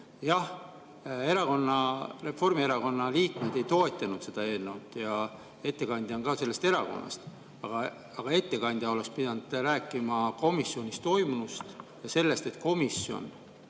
Jah, Reformierakonna liikmed ei toetanud eelnõu ja ettekandja on sellest erakonnast, aga ettekandja oleks pidanud rääkima komisjonis toimunust ja sellest, et komisjon